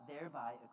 thereby